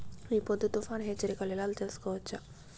ఈ పొద్దు తుఫాను హెచ్చరికలు ఎలా తెలుసుకోవచ్చు?